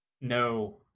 No